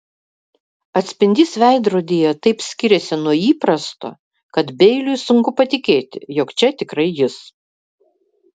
atspindys veidrodyje taip skiriasi nuo įprasto kad beiliui sunku patikėti jog čia tikrai jis